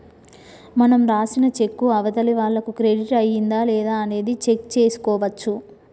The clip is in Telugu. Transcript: మనం రాసిన చెక్కు అవతలి వాళ్లకు క్రెడిట్ అయ్యిందా లేదా అనేది చెక్ చేసుకోవచ్చు